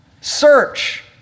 Search